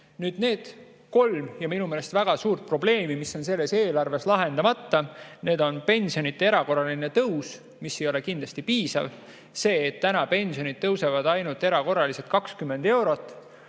Nüüd need kolm ja minu meelest väga suurt probleemi, mis on selles eelarves lahendamata. Üks on pensionide erakorraline tõus, mis ei ole kindlasti piisav. See, et pensionid tõusevad erakorraliselt ainult